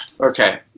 okay